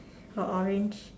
or orange